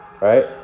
right